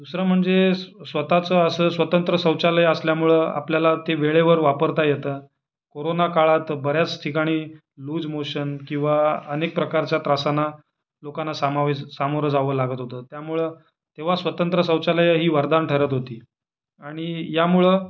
दुसरं म्हणजे स्वतःचं असं स्वतंत्र शौचालय असल्यामुळं आपल्याला ते वेळेवर वापरता येतं कोरोना काळात बऱ्याच ठिकाणी लूज मोशन किवा अनेक प्रकारच्या त्रासांना लोकांना सामावे सामोरं जावं लागत होतं त्यामुळं तेव्हा स्वतंत्र शौचालय ही वरदान ठरत होती आणि यामुळं